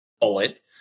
bullet